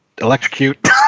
electrocute